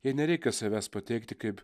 jai nereikia savęs pateikti kaip